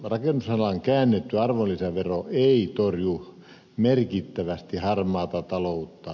rakennusalan käännetty arvonlisävero ei torju merkittävästi harmaata taloutta